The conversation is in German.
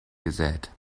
gesät